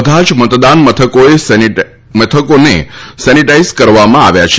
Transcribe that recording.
બધા જ મતદાન મથકોને સેનીટાઇઝ કરવામાં આવ્યા છે